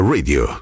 Radio